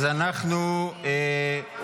אז אנחנו עוברים,